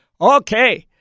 Okay